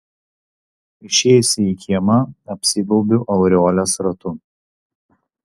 išėjusi į kiemą apsigaubiu aureolės ratu